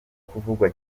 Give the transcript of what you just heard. kuvugwa